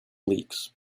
leaks